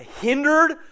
hindered